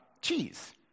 cheese